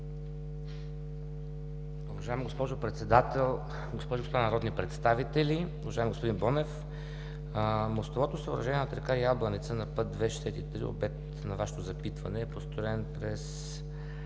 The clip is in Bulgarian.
Уважаема госпожо Председател, госпожи и господа народни представители! Уважаеми господин Бонев, мостовото съоръжение над река Ябланица на път 2.63, обект на Вашето запитване, е построен през